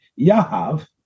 Yahav